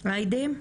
היידי,